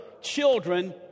children